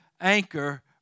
Anchor